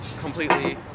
completely